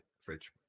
fridge